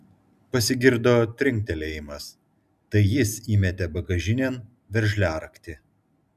pasigirdo trinktelėjimas tai jis įmetė bagažinėn veržliaraktį